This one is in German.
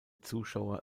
zuschauer